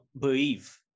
believe